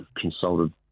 consulted